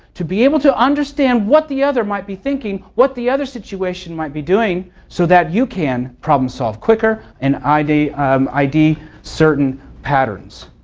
to be able to understand what the other might be thinking, what the other situation might be doing, so that you can problem solve quicker, and id um id certain patterns.